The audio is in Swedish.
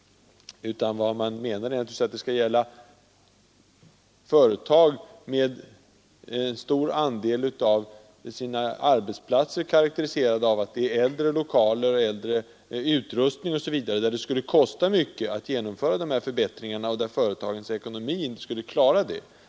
Vad vi menar är naturligtvis att det skall gälla företag med stor andel av sina arbetsplatser i äldre lokaler, med äldre utrustning osv., där det skulle kosta mycket att genomföra de här förbättringarna, och där företagens ekonomi inte skulle klara det.